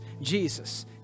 Jesus